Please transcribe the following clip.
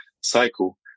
cycle